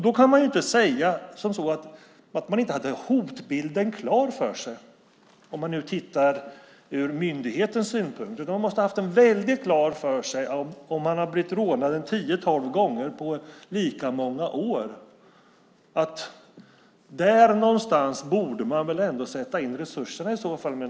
Då kan man inte säga att man inte hade hotbilden klar för sig, om man ser det från myndighetens synpunkt. Om han har blivit rånad tio-tolv gånger på lika många år måste man ha haft väldigt klart för sig att man borde sätta in den här synliga polisinsatsen där.